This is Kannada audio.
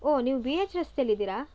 ಓ ನೀವು ಬಿ ಹೆಚ್ ರಸ್ತೆಲ್ಲಿದ್ದೀರಾ